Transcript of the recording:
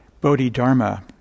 Bodhidharma